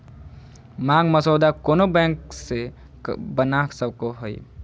मांग मसौदा कोनो बैंक से बना सको हइ